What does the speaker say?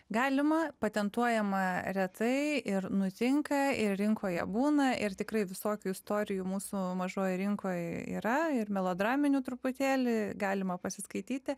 galima patentuojama retai ir nutinka ir rinkoje būna ir tikrai visokių istorijų mūsų mažoj rinkoj yra ir melodraminių truputėlį galima pasiskaityti